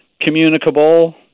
communicable